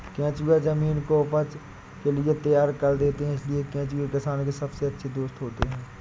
केंचुए जमीन को उपज के लिए तैयार कर देते हैं इसलिए केंचुए किसान के सबसे अच्छे दोस्त होते हैं